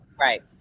Right